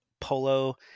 polo